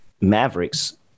Mavericks